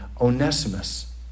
Onesimus